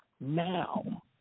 Now